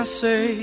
say